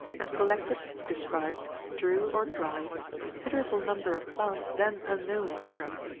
and collected, described, drew, or dried, a considerable number of plants then unknown in europe,